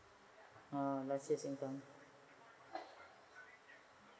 oh last year income